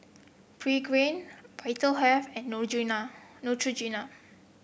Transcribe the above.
Pregain Vitahealth and Neutrogena